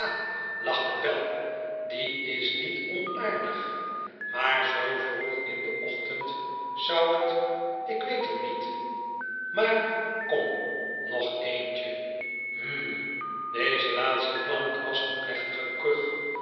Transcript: lachte pell die is niet onaardig maar zoo vroeg in den ochtend zou het ik weet het niet maar kom nog eentje hml deze laatste klank was een plechtige kuch